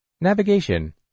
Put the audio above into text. Navigation